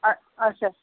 آ اچھا